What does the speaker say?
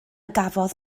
gafodd